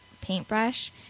paintbrush